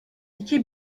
iki